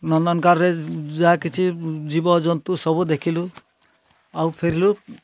ନନ୍ଦନକାନନରେ ଯାହା କିଛି ଜୀବଜନ୍ତୁ ସବୁ ଦେଖିଲୁ ଆଉ ଫେରିଲୁ